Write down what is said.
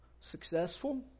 successful